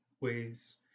ways